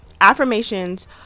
affirmations